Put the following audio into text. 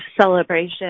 celebration